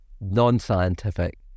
non-scientific